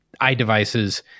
iDevices